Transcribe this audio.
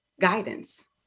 guidance